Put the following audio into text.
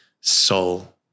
soul